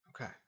Okay